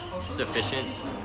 sufficient